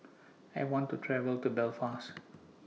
I want to travel to Belfast